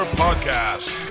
podcast